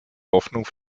hoffnung